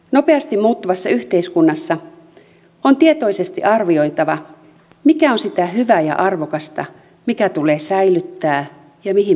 nopeasti muuttuvassa yhteiskunnassa on tietoisesti arvioitava mikä on sitä hyvää ja arvokasta mikä tulee säilyttää ja mihin pyrkiä